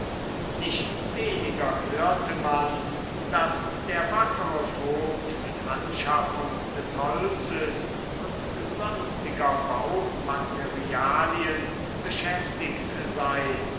nicht weniger hörte man daß der wackere vogt mit anschaffung des holzes und sonstiger baumaterialien beschäftigt sei